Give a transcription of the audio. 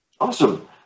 Awesome